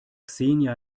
xenia